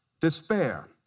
despair